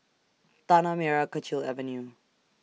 Tanah Merah Kechil Avenue